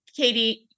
Katie